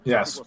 Yes